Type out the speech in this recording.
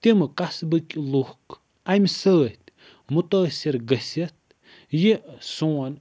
تِم قصبٕکۍ لُکھ اَمہِ سۭتۍ مُتٲثر گٔژھِتھ یہِ سوٚن